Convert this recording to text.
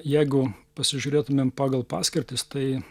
jeigu pasižiūrėtumėm pagal paskirtis tai